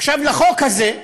עכשיו לחוק הזה.